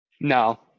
No